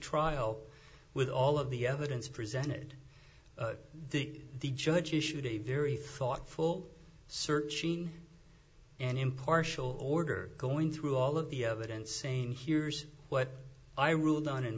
trial with all of the evidence presented to the judge issued a very thoughtful searching and impartial order going through all of the evidence saying here's what i ruled on in